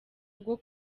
bwo